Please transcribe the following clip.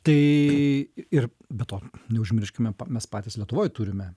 tai ir be to neužmirškime mes patys lietuvoj turime